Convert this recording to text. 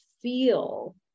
feel